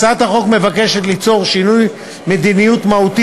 הצעת החוק מבקשת ליצור שינוי מדיניות מהותי